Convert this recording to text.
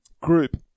group